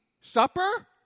supper